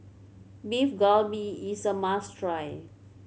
Beef Galbi is a must try